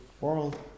world